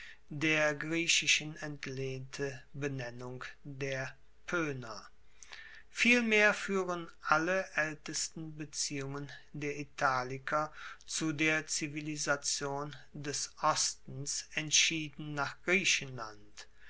der griechischen entlehnte benennung der poener vielmehr fuehren alle aeltesten beziehungen der italiker zu der zivilisation des ostens entschieden nach griechenland